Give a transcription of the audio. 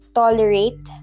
tolerate